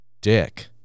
dick